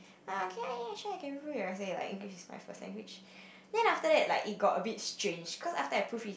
err can ya ya sure I can proof read your essay like English is my first language then after that like it got a bit strange cause after I proof read his